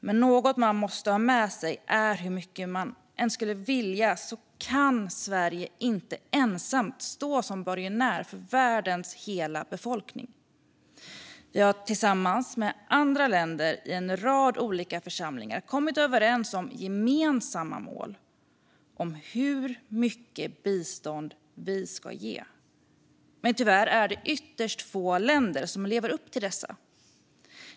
Men något man måste ha med sig är att hur mycket man än skulle vilja kan Sverige inte ensamt stå som borgensman för världens hela befolkning. Vi har tillsammans med andra länder i en rad olika församlingar kommit överens om gemensamma mål för hur mycket bistånd vi ska ge. Men tyvärr är det ytterst få länder som lever upp till dessa mål.